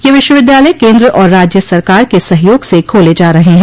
ये विश्वविद्यालय केन्द्र और राज्य सरकार के सहयोग से खोले जा रहे हैं